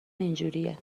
اینجوریه